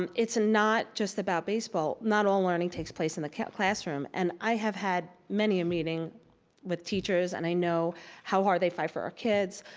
um it's not just about baseball. not all learning takes place in the classroom and i have had many a meeting with teachers and i know how hard they fight for our kids,